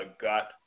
got